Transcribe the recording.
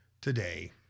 Today